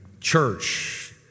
church